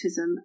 autism